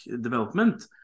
development